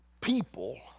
people